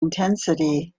intensity